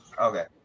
Okay